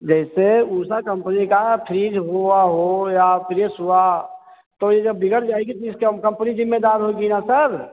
जैसे उषा कम्पनी का फिरिज हुआ हो या प्रेस हुआ तो ये बिगड़ जाएगी तो इसका कम्पनी जिम्मेदार होगी ना सर